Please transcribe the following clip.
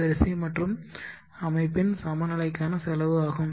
வரிசை மற்றும் அமைப்பின் சமநிலைக்கான செலவு ஆகும்